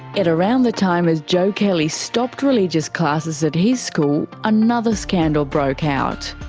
at around the time as joe kelly stopped religious classes at his school, another scandal broke out.